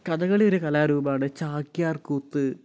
കഥകളി ഒരു കലാരൂപമാണ് ചാക്യാർ കൂത്ത്